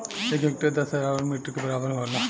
एक हेक्टेयर दस हजार वर्ग मीटर के बराबर होला